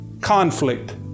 conflict